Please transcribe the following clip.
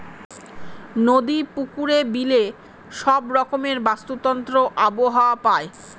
নদী, পুকুরে, বিলে সব রকমের বাস্তুতন্ত্র আবহাওয়া পায়